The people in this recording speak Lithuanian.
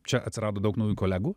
čia atsirado daug naujų kolegų